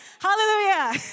Hallelujah